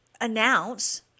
announce